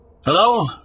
Hello